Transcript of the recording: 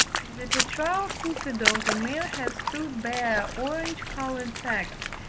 the tetrao cupido the male has two bare, orange-coloured sacks,